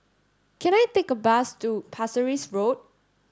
can I take a bus to Pasir Ris Road